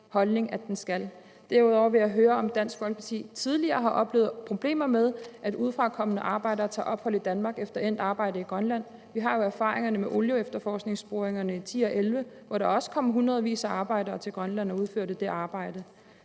Derudover vil jeg høre, om Dansk Folkeparti tidligere har oplevet problemer med, at udefrakommende arbejdere tager ophold i Danmark efter endt arbejde i Grønland. Vi har jo erfaringerne med olieefterforskningsboringerne i 2010 og 2011, hvor der også kom hundredvis af arbejdere til Grønland og udførte det arbejde.